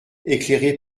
éclairé